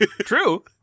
true